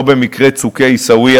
לא במקרה צוקי עיסאוויה,